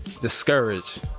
Discouraged